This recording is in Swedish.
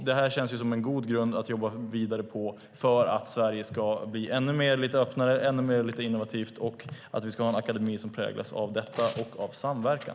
Det här känns som en god grund att jobba vidare på för att Sverige ska bli ännu mer öppet och innovativt, och vi ska ha en akademi som präglas av detta och samverkan.